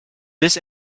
this